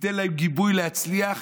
ייתן להם גיבוי להצליח.